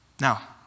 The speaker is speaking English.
Now